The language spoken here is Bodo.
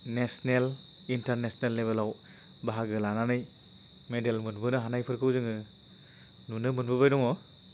नेसनेल इन्टार्नेसनेल लेभेलाव बाहागो लानानै मेडेल मोनबोनो हानायफोरखौ जोङो नुनो मोनबोबाय दङ